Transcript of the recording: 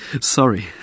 sorry